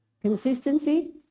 Consistency